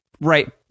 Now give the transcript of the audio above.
right